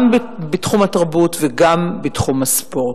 גם בתחום התרבות וגם בתחום הספורט.